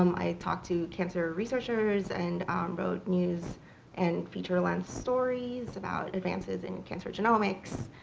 um i talked to cancer researchers and wrote news and feature length stories about advances in cancer genomics.